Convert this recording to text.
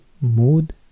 Mood